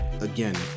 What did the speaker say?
again